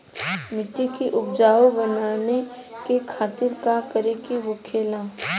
मिट्टी की उपजाऊ बनाने के खातिर का करके होखेला?